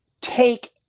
Take